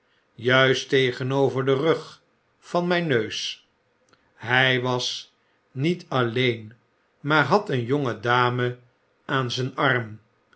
juist tegenover den rug van myn neus hij was niet alleen maar had een jonge dame aan zyn arm